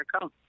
come